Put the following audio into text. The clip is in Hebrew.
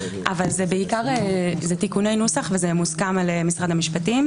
אבל זה תיקוני נוסח וזה מוסכם על משרד המשפטים.